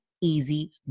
easy